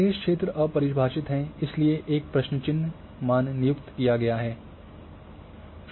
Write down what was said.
शेष क्षेत्र अपरिभाषित हैं इसलिए एक प्रश्न चिह्न मान नियुक्त किया गया है